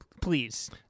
please